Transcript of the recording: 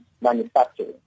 manufacturing